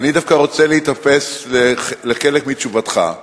אני דווקא רוצה להיתפס לחלק מתשובתך.